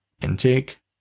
intake